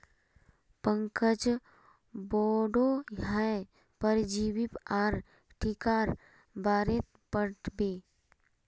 पंकज बोडो हय परजीवी आर टीकार बारेत पढ़ बे